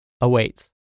awaits